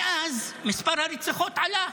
מאז מספר הרציחות עלה,